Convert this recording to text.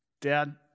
Dad